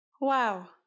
Wow